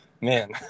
man